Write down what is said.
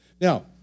Now